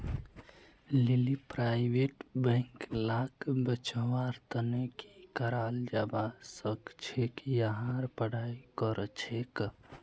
लीली private bank लाक बचव्वार तने की कराल जाबा सखछेक यहार पढ़ाई करछेक